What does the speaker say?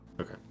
Okay